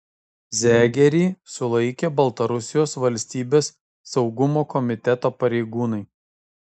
zegerį sulaikė baltarusijos valstybės saugumo komiteto pareigūnai